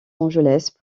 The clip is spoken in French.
angeles